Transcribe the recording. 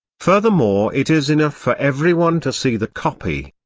furthermore it is enough for everyone to see the copy.